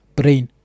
brain